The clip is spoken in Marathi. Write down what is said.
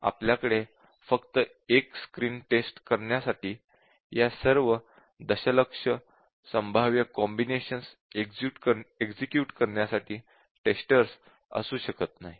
आपल्याकडे फक्त एक स्क्रीन टेस्ट करण्यासाठी या सर्व दशलक्ष संभाव्य कॉम्बिनेशन्स एक्झिक्युट करण्यासाठी टेस्टर्स असू शकत नाहीत